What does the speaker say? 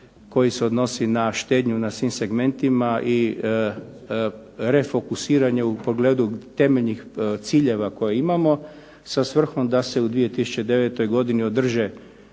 koji se odnosi na štednju na svim segmentima i refokusiranju u pogledu temeljnih ciljeva koje imamo, sa svrhom da se u 2009. godini održe